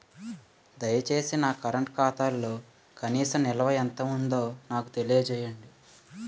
దయచేసి నా కరెంట్ ఖాతాలో కనీస నిల్వ ఎంత ఉందో నాకు తెలియజేయండి